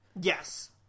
Yes